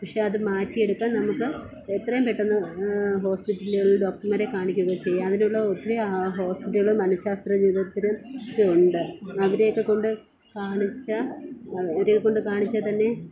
പക്ഷെ അത് മാറ്റി എടുക്കാൻ നമുക്ക് എത്രയും പെട്ടെന്ന് ഹോസ്പിറ്റലുകളിൽ ഡോക്ടർമാരെ കാണികുക ഒക്കെ ചെയ്യാം അതിനുള്ള ഒത്തിരി ഹോസ്പിറ്റലുകൾ മനഃശാസ്ത്രത്തിൽ ഉണ്ട് അവരെയൊക്കെ കൊണ്ട് കാണിച്ചാൽ അതെ അവരെയൊക്കെ കൊണ്ട് കാണിച്ചാൽ തന്നെ